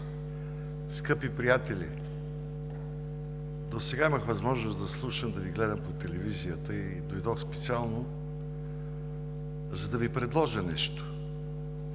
Скъпи приятели, досега имах възможност да Ви слушам и гледам по телевизията. Дойдох специално, за да Ви предложа нещо.